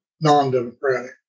non-democratic